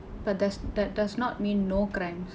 but does that does not mean no crimes